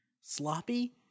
sloppy